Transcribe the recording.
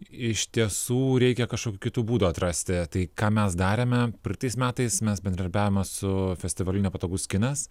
iš tiesų reikia kažkokiu kitų būdų atrasti tai ką mes darėme praeitais metais mes bendradarbiavome su festivaliu nepatogus kinas